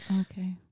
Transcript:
Okay